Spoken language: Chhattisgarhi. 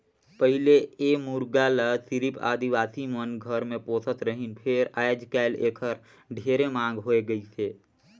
पहिले ए मुरगा ल सिरिफ आदिवासी मन घर मे पोसत रहिन फेर आयज कायल एखर ढेरे मांग होय गइसे